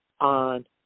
on